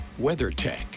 WeatherTech